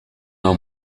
nau